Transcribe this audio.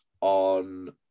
on